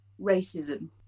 racism